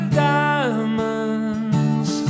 diamonds